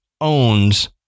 owns